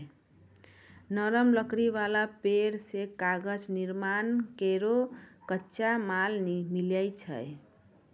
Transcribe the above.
नरम लकड़ी वाला पेड़ सें कागज निर्माण केरो कच्चा माल मिलै छै